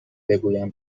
بگویم